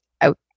out